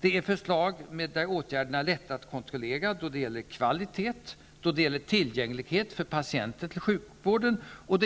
Det är förslag där åtgärderna är lätta att kontrollera när det gäller kvalitet, tillgänglighet för patienten till sjukvården och